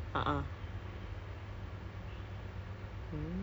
but right now it's just days only so it's okay lah I can just like